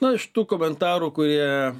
na iš tų komentarų kurie